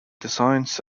designs